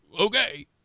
okay